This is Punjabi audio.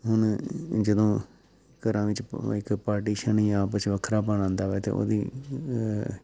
ਹੁਣ ਜਦੋਂ ਘਰਾਂ ਵਿੱਚ ਇੱਕ ਪਾਟੀਸ਼ਨ ਹੀ ਆਪਸ 'ਚ ਵੱਖਰਾ ਬਣ ਆਉਂਦਾ ਹੈ ਅਤੇ ਉਹਦੀ